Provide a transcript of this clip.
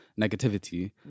negativity